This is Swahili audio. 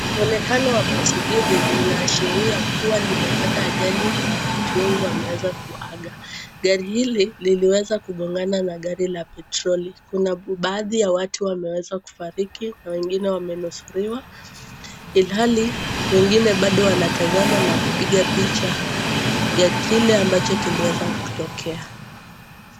Mwonekano wa basi hili linaashiria kuwa limepata ajali na watu wengi wameweza kuaga. Gari hili liliweza kugongana na gari la petroli. Kuna baadhi ya watu wameweza kufariki na wengine wamenusuriwa, ilhali wengine bado wanatazama na kupiga picha ya kile ambacho kiliweza kutokea.